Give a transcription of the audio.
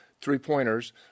three-pointers